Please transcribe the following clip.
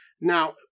Now